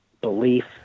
belief